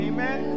Amen